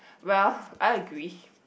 well I agree